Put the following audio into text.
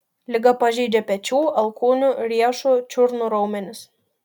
liga pažeidžia pečių alkūnių riešų čiurnų raumenis